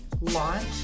launch